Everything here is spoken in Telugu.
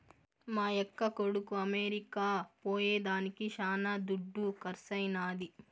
మా యక్క కొడుకు అమెరికా పోయేదానికి శానా దుడ్డు కర్సైనాది